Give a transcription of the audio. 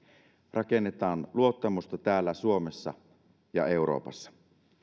rakennetaan luottamusta täällä suomessa ja euroopassa